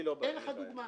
אתן דוגמה.